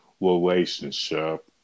relationship